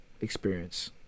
experience